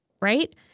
right